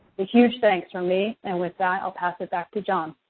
a huge thanks from me. and with that, i'll pass it back to john.